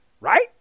right